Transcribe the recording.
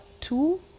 two